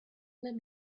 let